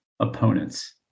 opponents